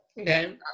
Okay